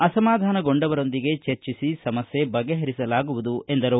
ಅಸಮಾಧಾನಗೊಂಡವರೊಂದಿಗೆ ಚರ್ಚಿಸಿ ಸಮಸ್ಯೆ ಬಗೆಹರಿಸಲಾಗುವುದು ಎಂದರು